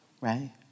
Right